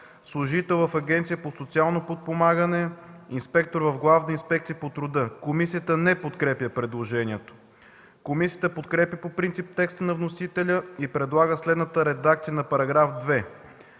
„служител в Агенцията по социално подпомагане, инспектор в Главна инспекция по труда”.” Комисията не подкрепя предложението. Комисия подкрепя по принцип текста на вносителя и предлага следната редакция на § 2: